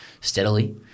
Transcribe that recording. steadily